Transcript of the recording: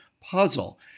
puzzle